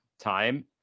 time